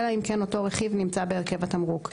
אלא אם כן אותו רכיב נמצא בהרכב התמרוק,